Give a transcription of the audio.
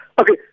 Okay